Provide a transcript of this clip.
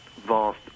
vast